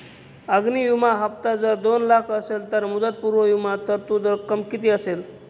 अग्नि विमा हफ्ता जर दोन लाख असेल तर मुदतपूर्व विमा तरतूद रक्कम किती असेल?